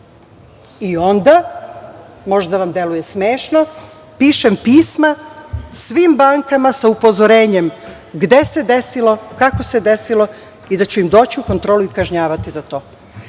Onda, možda vam deluje smešno, pišem pisma svim bankama sa upozorenjem gde se desilo, kako se desilo i da ću im doći u kontrolu i kažnjavati za